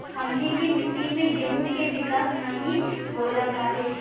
हमनी के मिट्टी में गेहूँ के विकास नहीं होला काहे?